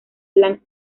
black